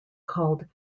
called